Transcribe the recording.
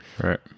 right